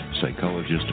psychologist